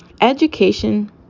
Education